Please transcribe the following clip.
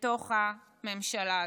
בתוך הממשלה הזו.